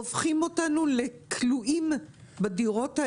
הופכים אותנו לכלואים בדירות האלה.